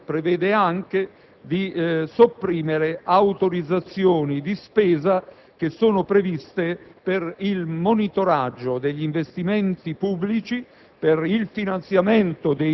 In aggiunta, si prevede anche di sopprimere autorizzazioni di spesa previste per il monitoraggio degli investimenti pubblici,